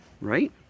right